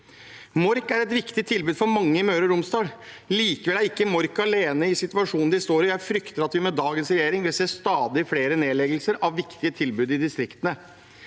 Mork er et viktig tilbud for mange i Møre og Romsdal. Likevel er ikke Mork alene i den situasjonen de står i. Jeg frykter at vi med dagens regjering vil se stadig flere nedleggelser av viktige tilbud i distriktene.